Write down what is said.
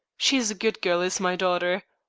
she's a good girl, is my daughter.